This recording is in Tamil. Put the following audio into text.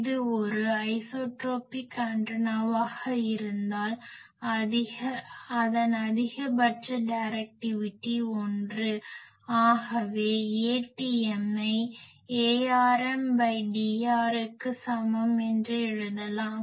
இது ஒரு ஐசோட்ரோபிக் ஆண்டனாவாக இருந்தால் அதன் அதிகபட்ச டைரக்டிவிட்டி 1 ஆகவே Atm ஐ Arm Dr க்கு சமம் என்று எழுதலாம்